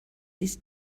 his